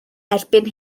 erbyn